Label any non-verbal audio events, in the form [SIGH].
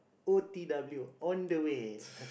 o_t_w on the way [LAUGHS]